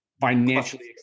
financially